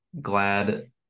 glad